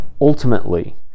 Ultimately